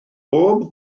bob